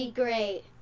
great